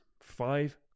five